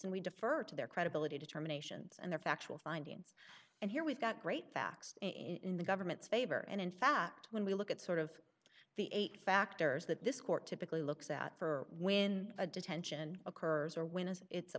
and we defer to their credibility determinations and their factual findings and here we've got great facts in the government's favor and in fact when we look at sort of the eight factors that this court typically looks at for when a detention occurs or when and it's a